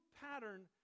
pattern